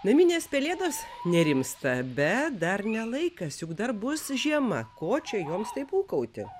naminės pelėdos nerimsta bet dar ne laikas juk dar bus žiema ko čia joms taip ūkauti